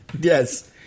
yes